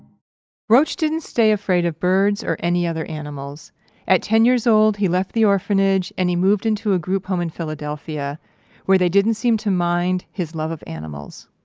rauch didn't stay afraid of birds or any other animals at ten years old, he left the orphanage and he moved into a group home in philadelphia where they didn't seem to mind his love of animals